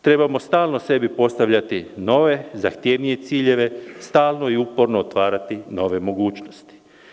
Trebamo stalno sebi postavljati nove zahtjevnije ciljeve, stalno i uporno otvarati nove mogućnosti.